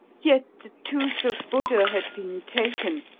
yet the tooth of buddha had been taken,